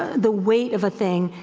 the weight of a thing.